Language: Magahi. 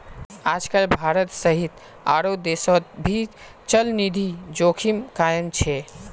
आजकल भारत सहित आरो देशोंत भी चलनिधि जोखिम कायम छे